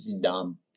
dumb